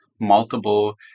multiple